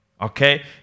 Okay